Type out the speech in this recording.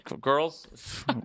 Girls